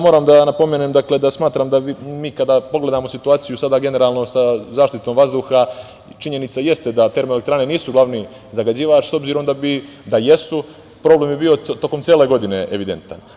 Moram da napomenem, da smatram, kada generalno pogledamo situaciju za zaštitom vazduha, činjenica jeste da termoelektrane nisu glavni zagađivač, s obzirom da jesu, problem bi bio tokom cele godine evidentan.